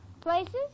Places